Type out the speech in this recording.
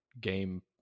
game